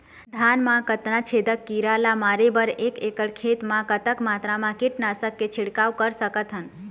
धान मा कतना छेदक कीरा ला मारे बर एक एकड़ खेत मा कतक मात्रा मा कीट नासक के छिड़काव कर सकथन?